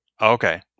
Okay